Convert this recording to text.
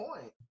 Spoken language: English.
point